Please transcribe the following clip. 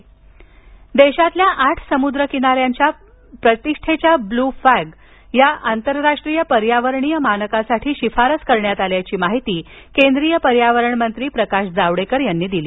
भारत समुद्र किनारे देशातील आठ समुद्र किनार्यांची प्रतिष्ठेच्या ब्लू फ्लॅग या आंतरराष्ट्रीय पर्यावरणीय मानकासाठी शिफारस करण्यात आल्याची माहिती केंद्रीय पर्यावरण मंत्री प्रकाश जावडेकर यांनी माहिती दिली